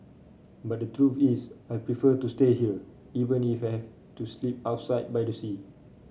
but the truth is I prefer to stay here even if have to sleep outside by the sea